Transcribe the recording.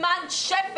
חלק גדול מהבעיה,